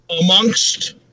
amongst